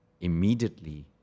immediately